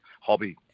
hobby